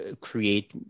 create